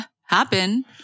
happen